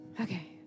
Okay